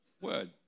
word